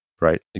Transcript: right